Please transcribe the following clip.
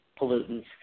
pollutants